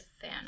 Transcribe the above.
fan